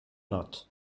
not